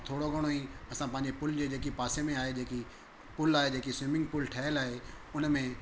थोरो घणो ई असां पंहिंजे पुल जे जेकी पासे में आहे जेकी पुल आहे जेकी स्विमिंग पुल ठहियलु आहे उन में